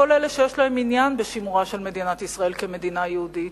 כל אלה שיש להם עניין בשימורה של מדינת ישראל כמדינה יהודית,